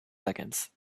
seconds